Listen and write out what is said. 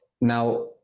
now